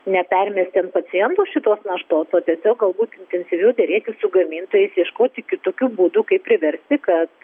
nepermesti ant pacientų šitos naštos o tiesiog galbūt intensyviau derėtis su gamintojais ieškoti kitokių būdų kaip priversti kad